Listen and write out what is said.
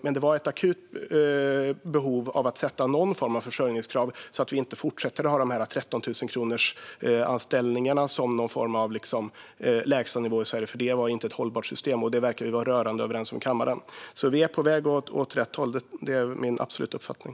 Men det var ett akut behov av att sätta någon form av försörjningskrav så att vi inte fortsätter att ha 13 000 kronors-anställningar som någon form av lägstanivå i Sverige. Det var inte ett hållbart system, och det verkar vi vara rörande överens om i kammaren. Vi är på väg åt rätt håll, det är min absoluta uppfattning.